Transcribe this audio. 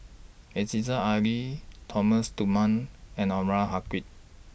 Aziza Ali Thomas Dunman and Anwarul Haque